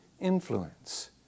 Influence